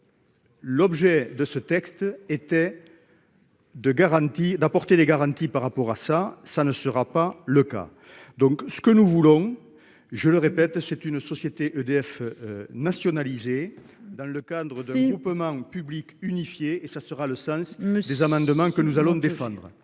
L'objet de ce texte était. De garantie d'apporter des garanties par rapport à ça, ça ne sera pas le cas. Donc ce que nous voulons, je le répète, c'est une société EDF. Nationalisée dans le cadre de groupements public unifié et ça sera le sens mais des amendements que nous allons défendre.